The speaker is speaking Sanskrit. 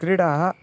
क्रीडाः